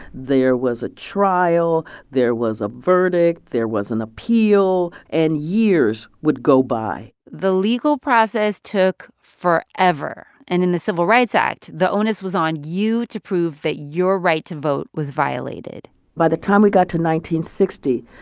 there was a trial. there was a verdict. there was an appeal. and years would go by the legal process took forever. and in the civil rights act, the onus was on you to prove that your right to vote was violated by the time we got to one thousand